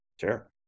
Sure